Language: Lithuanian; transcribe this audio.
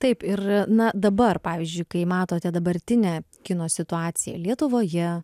taip ir na dabar pavyzdžiui kai matote dabartinę kino situaciją lietuvoje